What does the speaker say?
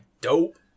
Dope